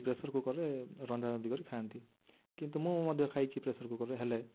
pressure କୁକର୍ରେ ରନ୍ଧା ରନ୍ଧି କରି ଖାଆନ୍ତି କିନ୍ତୁ ମୁଁ ମଧ୍ୟ ଖାଇଛି ପ୍ରେସର୍ କୁକର୍ରେ ହେଲେ